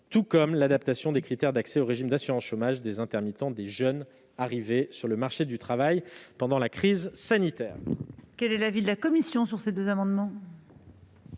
tout comme l'adaptation des critères d'accès au régime d'assurance chômage des intermittents, prévue pour les jeunes qui sont arrivés sur le marché du travail pendant la crise sanitaire.